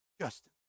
Justin